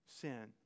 sin